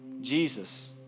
Jesus